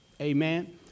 Amen